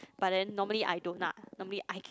but then normally I don't ah normally I